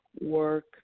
work